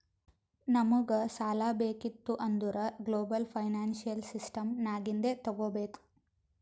ನಮುಗ್ ಸಾಲಾ ಬೇಕಿತ್ತು ಅಂದುರ್ ಗ್ಲೋಬಲ್ ಫೈನಾನ್ಸಿಯಲ್ ಸಿಸ್ಟಮ್ ನಾಗಿಂದೆ ತಗೋಬೇಕ್